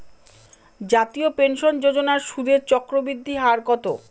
জাতীয় পেনশন যোজনার সুদের চক্রবৃদ্ধি হার কত?